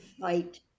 fight